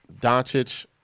Doncic